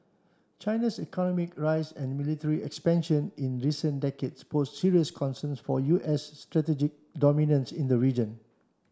China's economic rise and military expansion in recent decades pose serious concerns for U S strategic dominance in the region